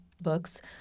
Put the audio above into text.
books